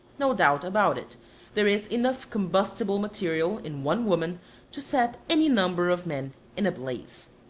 no doubt about it there is enough combustible material in one woman to set any number of men in a blaze.